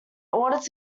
ordered